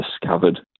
discovered